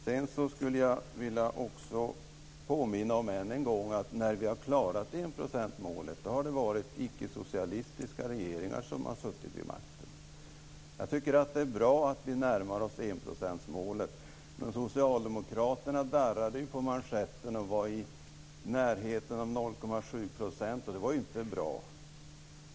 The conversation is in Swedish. Jag skulle också vilja påminna än en gång om att när vi har klarat enprocentsmålet har det varit ickesocialistiska regeringar som har suttit vid makten. Jag tycker att det är bra att vi närmar oss enprocentsmålet, men socialdemokraterna darrade ju på manschetten när man var i närheten av 0,7 %, och det var ju inte bra.